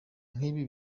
nk’ibi